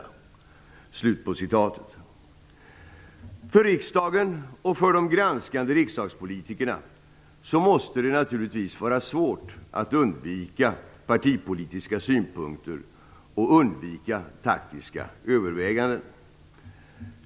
För riksdagen och de granskande riksdagspolitikerna måste det naturligtvis vara svårt att undvika partipolitiska synpunkter och taktiska överväganden.